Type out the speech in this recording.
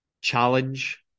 challenge